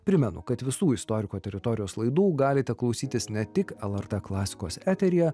primenu kad visų istoriko teritorijos laidų galite klausytis ne tik lrt klasikos eteryje